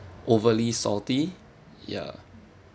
overly salty ya